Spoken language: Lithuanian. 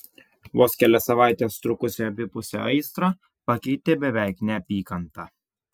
vos kelias savaites trukusią abipusę aistrą pakeitė beveik neapykanta